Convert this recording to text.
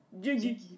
jiggy